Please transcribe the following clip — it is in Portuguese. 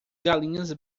galinhas